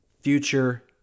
future